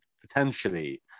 potentially